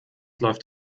läuft